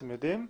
אתם יודעים?